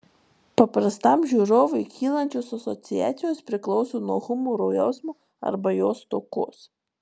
paprastam žiūrovui kylančios asociacijos priklauso nuo humoro jausmo arba jo stokos